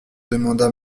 demanda